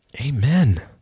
Amen